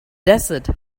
desert